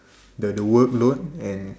the the work load and